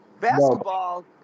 Basketball